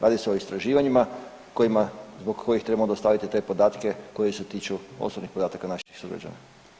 Radi se o istraživanja kojima, zbog kojih trebamo dostaviti te podatke koji se tiču osobnih podataka naših sugrađana.